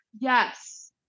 yes